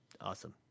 Awesome